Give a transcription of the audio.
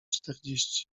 czterdzieści